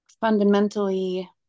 fundamentally